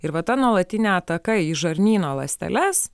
ir va ta nuolatinė ataka į žarnyno ląsteles